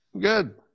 Good